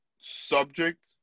subject